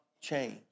change